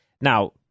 Now